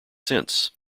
since